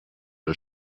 wir